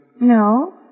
No